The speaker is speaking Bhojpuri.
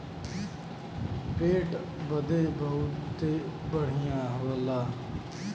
पेट बदे बहुते बढ़िया होला